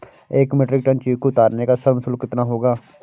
एक metric tonne चीकू उतारने का श्रम शुल्क कितना होगा?